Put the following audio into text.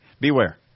Beware